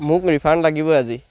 মোক ৰিফাণ্ড লাগিবই আজি